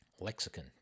Lexicon